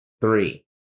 Three